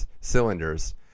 cylinders